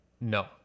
No